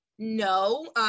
no